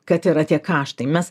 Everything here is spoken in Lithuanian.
kad yra tie kaštai mes